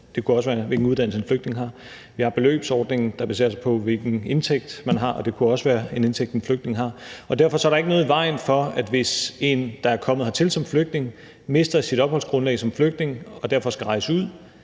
det kunne også være, hvilken uddannelse en flygtning har; vi har beløbsordningen, der baserer sig på, hvilken indtægt man har, og det kunne også være en indtægt, som en flygtning har. Derfor er der ikke noget i vejen for, at en, der er kommet her til som flygtning, som mister sit opholdsgrundlag som flygtning og derfor skal rejse ud,